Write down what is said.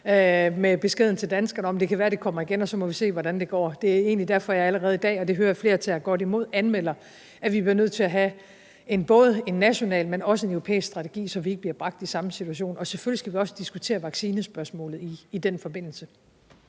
den besked til danskerne, at det kan være, at det kommer igen, og så må vi se, hvordan det går. Det er egentlig derfor, jeg allerede i dag – og det hører jeg at flere tager godt imod – anmelder, at vi bliver nødt til at have både en national og en europæisk strategi, så vi ikke bliver bragt i samme situation. Og selvfølgelig skal vi også diskutere vaccinespørgsmålet i den forbindelse.